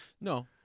No